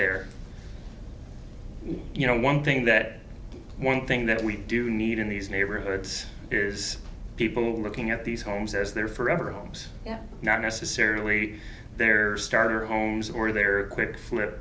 there you know one thing that one thing that we do need in these neighborhoods is people looking at these homes as their forever homes and not necessarily their starter homes or their quick flip